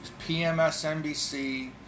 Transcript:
PMSNBC